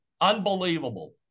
Unbelievable